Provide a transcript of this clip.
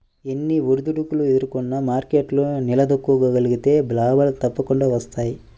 ఎన్ని ఒడిదుడుకులు ఎదుర్కొన్నా మార్కెట్లో నిలదొక్కుకోగలిగితే లాభాలు తప్పకుండా వస్తాయి